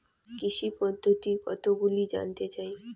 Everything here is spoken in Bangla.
কৃষি পদ্ধতি কতগুলি জানতে চাই?